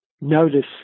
notice